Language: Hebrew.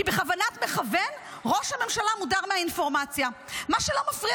כי בכוונת מכוון ראש הממשלה מודר מהאינפורמציה מה שלא מפריע